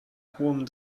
hohem